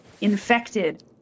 infected